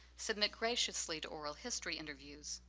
submit graciously to oral history interviews.